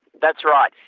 that's right,